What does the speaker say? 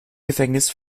gefängnis